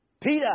Peter